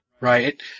Right